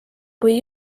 kui